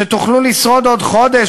שתוכלו לשרוד עוד חודש,